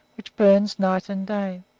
which burns night and day.